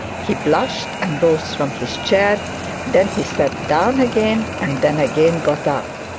he blushed and rose from his chair then he sat down again, and then again got up.